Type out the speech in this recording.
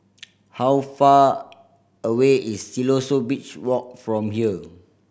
how far away is Siloso Beach Walk from here